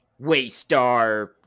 Waystar